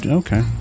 okay